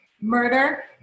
murder